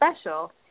special